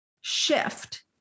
shift